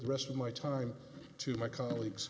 you rest of my time to my colleagues